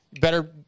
Better